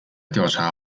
调查